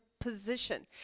position